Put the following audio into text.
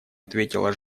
ответила